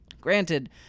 Granted